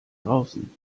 draußen